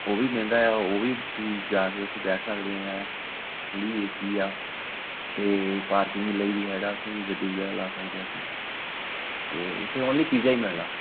ਉਹ ਵੀ ਮਹਿੰਗਾ ਆ ਉਹ ਵੀ ਤੁਸੀਂ ਜਾ ਕੇ ਉੱਥੇ ਬੈਠ ਸਕਦੇ ਹਾਂ ਫੁੱਲੀ ਏਸੀ ਆ ਅਤੇ ਪਾਰਕਿੰਗ ਲਈ ਵੀ ਹੈਗਾ ਤੁਸੀਂ ਗੱਡੀ ਵਗੈਰਾ ਲਾ ਸਕਦੇ ਆਪਣੀ ਅਤੇ ਉੱਥੇ ਓਨਲੀ ਪੀਜ਼ਾ ਹੀ ਮਿਲਣਾ